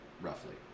roughly